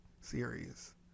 series